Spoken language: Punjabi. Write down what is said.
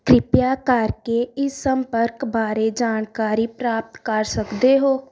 ਕ੍ਰਿਪਾ ਕਰਕੇ ਇਸ ਸੰਪਰਕ ਬਾਰੇ ਜਾਣਕਾਰੀ ਪ੍ਰਾਪਤ ਕਰ ਸਕਦੇ ਹੋ